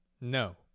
No